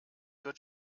wird